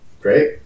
great